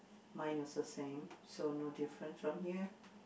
mine is the same so no difference from here